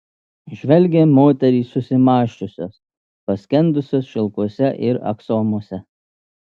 žvelgia moterys susimąsčiusios paskendusios šilkuose ir aksomuose